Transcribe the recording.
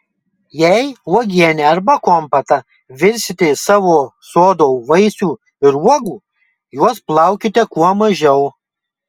jei uogienę arba kompotą virsite iš savo sodo vaisių ir uogų juos plaukite kuo mažiau